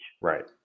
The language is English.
Right